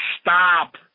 Stop